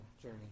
journey